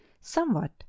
somewhat